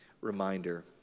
reminder